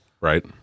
Right